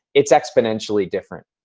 it's exponentially different.